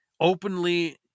openly